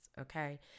okay